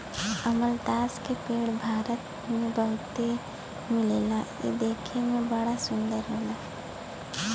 अमलतास के पेड़ भारत में बहुते मिलला इ देखे में बड़ा सुंदर होला